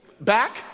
back